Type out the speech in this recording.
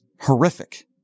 horrific